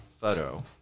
photo